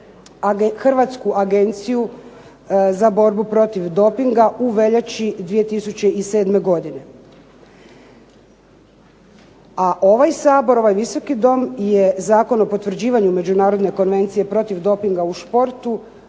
Hrvatsku agenciju za borbu protiv dopinga u veljači 2007. godine. A ovaj Sabor, ovaj Visoki dom je Zakon o potvrđivanju Međunarodne konvencije protiv dopinga u športu